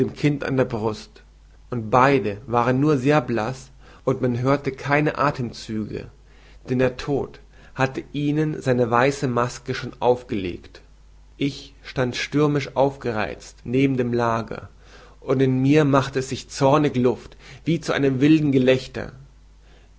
kinde an der brust und beide waren nur sehr blaß und man hörte keine athemzüge denn der tod hatte ihnen seine weiße maske schon aufgelegt ich stand stürmisch aufgereizt neben dem lager und in mir machte es sich zornig luft wie zu einem wilden gelächter